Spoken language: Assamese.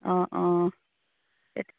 অঁ অঁ এইটো